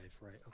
right